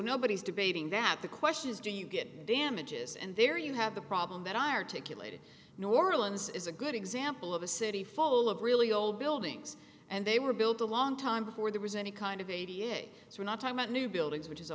nobody's debating that the question is do you get damages and there you have the problem that i articulated new orleans is a good example of a city full of really old buildings and they were built a long time before the resent a kind of a da we're not talking about new buildings which is a